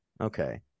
Okay